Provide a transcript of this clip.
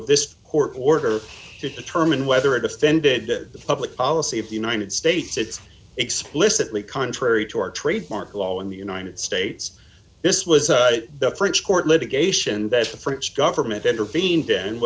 this court order to determine whether it offended the public policy of the united states it's explicitly contrary to our trademark law in the united states this was the french court litigation that the french government intervened and